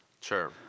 Sure